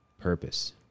Purpose